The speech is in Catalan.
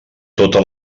tota